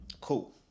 Cool